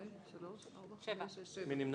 6 נמנעים,